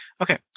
Okay